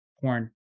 porn